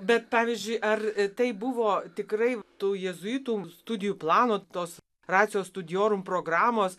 bet pavyzdžiui ar tai buvo tikrai tų jėzuitų studijų plano tos racijos studiorum programos